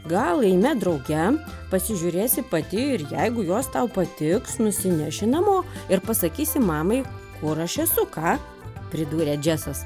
gal eime drauge pasižiūrėsi pati ir jeigu juos tau patiks nusineši namo ir pasakysi mamai kur aš esu ką pridūrė džesas